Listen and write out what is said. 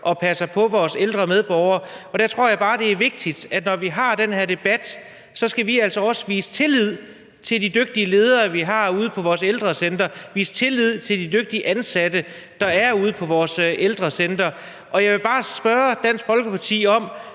og passer på vores ældre medborgere. Og der tror jeg bare, det er vigtigt, at når vi har den her debat, skal vi altså også vise tillid til de dygtige ledere, vi har ude på vores ældrecentre, vise tillid til de dygtige ansatte, der er ude på vores ældrecentre. Og jeg vil bare spørge Dansk Folkeparti i